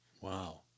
Wow